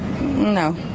no